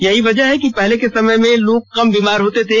यही वजह है कि पहले के समय में लोग कम बीमार होते थे